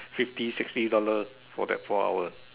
fifty sixty dollars for that four hours